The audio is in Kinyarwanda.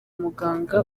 muganga